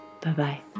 Bye-bye